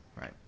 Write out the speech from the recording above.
Right